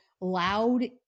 loud